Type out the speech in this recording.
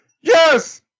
Yes